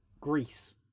Greece